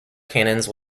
canons